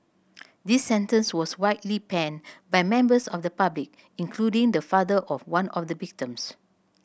this sentence was widely panned by members of the public including the father of one of the victims